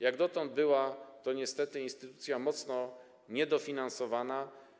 Jak dotąd była to niestety instytucja mocno niedofinansowana.